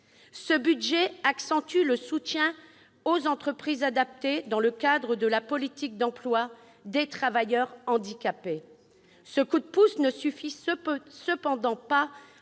ou l'accent mis sur le soutien aux entreprises adaptées, dans le cadre de la politique d'emploi des travailleurs handicapés. Ce coup de pouce ne suffit cependant pas